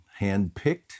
handpicked